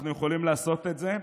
אנחנו יכולים לעשות את זה,